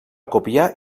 copiar